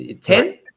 ten